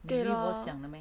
想的 meh